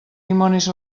dimonis